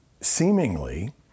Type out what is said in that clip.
seemingly